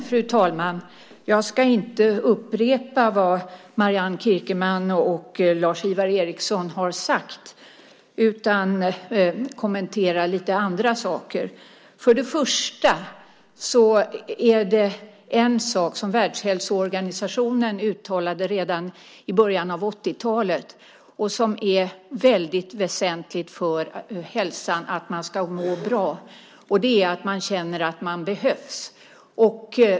Fru talman! Jag ska inte upprepa vad Marianne Kierkemann och Lars-Ivar Ericson har sagt utan kommentera några andra saker. Det finns en sak som Världshälsoorganisationen uttalade redan i början av 80-talet som är väldigt väsentlig för hälsan och för att man ska må bra. Det är att man känner att man behövs.